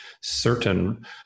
certain